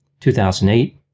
2008